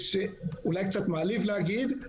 אולי קצת מעליב להגיד,